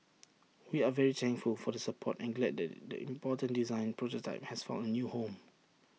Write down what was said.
we are very thankful for the support and glad that the important design prototype has found A new home